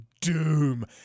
doom